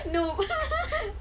noob